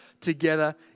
together